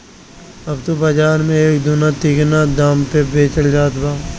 अब त बाज़ार में एके दूना तिगुना दाम पे बेचल जात बा